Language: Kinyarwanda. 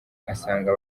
asanga